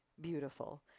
beautiful